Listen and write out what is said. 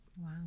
Wow